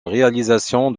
réalisation